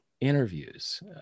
interviews